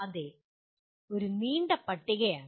അതെ ഇതൊരു നീണ്ട പട്ടികയാണ്